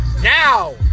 Now